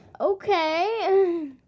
Okay